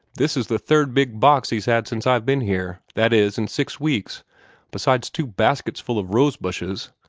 this is the third big box he's had since i've been here that is, in six weeks besides two baskets full of rose-bushes.